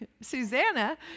Susanna